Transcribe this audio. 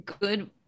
good